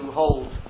hold